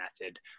method